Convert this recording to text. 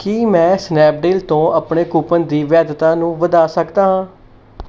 ਕੀ ਮੈਂ ਸਨੈਪਡੀਲ ਤੋਂ ਆਪਣੇ ਕੂਪਨ ਦੀ ਵੈਧਤਾ ਨੂੰ ਵਧਾ ਸਕਦਾ ਹਾਂ